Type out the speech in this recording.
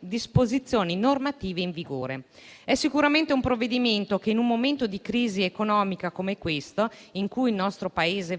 disposizioni normative in vigore. Esso è sicuramente un provvedimento che, in un momento di crisi economica come quella in cui versa il nostro Paese,